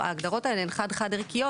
ההגדרות האלה הן חד חד ערכיות,